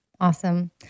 Awesome